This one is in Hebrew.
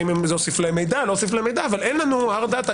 האם הוסיף להם מידע או לא אבל אין לנו הארד דאטא,